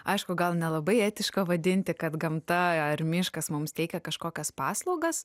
aišku gal nelabai etiška vadinti kad gamta ar miškas mums teikia kažkokias paslaugas